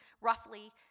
roughly